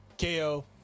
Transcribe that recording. KO